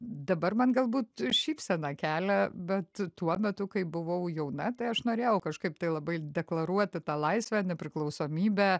dabar man galbūt šypseną kelia bet tuo metu kai buvau jauna aš norėjau kažkaip tai labai deklaruoti tą laisvę nepriklausomybę